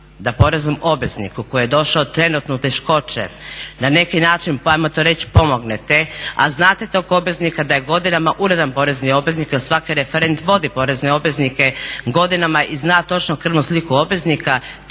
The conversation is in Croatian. da poreznom obvezniku koji je došao trenutno u teškoće na neki način, pa ajmo to reći, pomognete a znate tog obveznika da je godinama uredan porezni obveznik, jer svaki referent vodi porezne obveznike godinama i zna točno krvnu sliku obveznika